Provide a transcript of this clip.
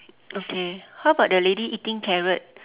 okay how about the lady eating carrot